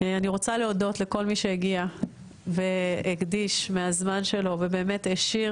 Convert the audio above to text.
אני רוצה להודות לכל מי שהקדיש מהזמן שלו ובאמת העשיר